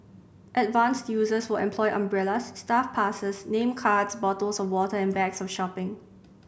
advanced users will employ umbrellas staff passes name cards bottles of water and bags of shopping